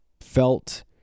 felt